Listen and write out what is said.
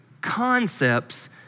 concepts